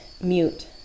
mute